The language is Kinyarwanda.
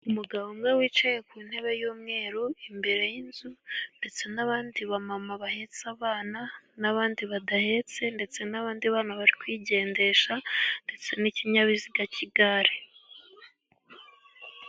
Umugabo umwe wicaye ku ntebe y'umweru, imbere y'inzu, ndetse n'abandi ba mama bahetse abana, n'abandi badahetse, ndetse n'abandi bana bari kwigendesha, ndetse n'ikinyabiziga k'igare.